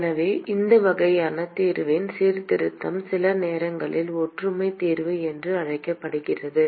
எனவே இந்த வகையான தீர்வின் சீர்திருத்தம் சில நேரங்களில் ஒற்றுமை தீர்வு என்று அழைக்கப்படுகிறது